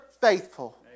faithful